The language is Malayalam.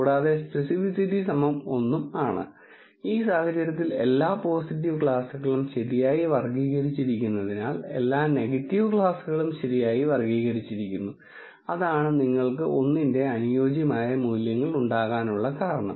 കൂടാതെ സ്പെസിഫിസിറ്റി 1 ഉം ആണ് ഈ സാഹചര്യത്തിൽ എല്ലാ പോസിറ്റീവ് ക്ലാസുകളും ശരിയായി വർഗ്ഗീകരിച്ചിരിക്കുന്നതിനാൽ എല്ലാ നെഗറ്റീവ് ക്ലാസുകളും ശരിയായി വർഗ്ഗീകരിച്ചിരിക്കുന്നു അതാണ് നിങ്ങൾക്ക് ഒന്നിന്റെ അനുയോജ്യമായ മൂല്യങ്ങൾ ഉണ്ടാകാനുള്ള കാരണം